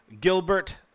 Gilbert